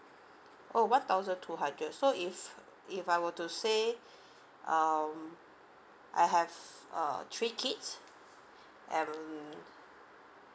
oh one thousand two hundred so if if I were to say um I have uh three kids and